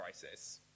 crisis